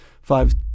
five